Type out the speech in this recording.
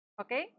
okay